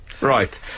Right